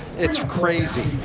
it's crazy.